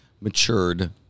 matured